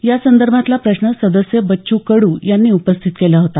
यासंदर्भातला प्रश्न सदस्य बच्चू कडू यांनी उपस्थित केला होता